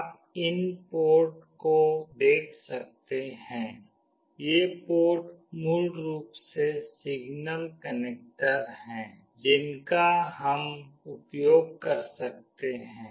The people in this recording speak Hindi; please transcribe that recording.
आप इन पोर्ट को देख सकते हैं ये पोर्ट मूल रूप से सिग्नल कनेक्टर हैं जिनका हम उपयोग कर सकते हैं